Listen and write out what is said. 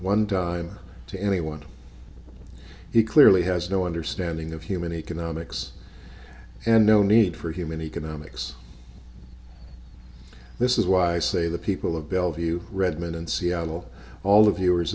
one dime to anyone he clearly has no understanding of human economics and no need for human economics this is why i say the people of bellevue redmond in seattle all the viewers